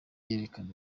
yerekana